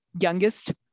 youngest